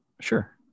Sure